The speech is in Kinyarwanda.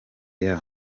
year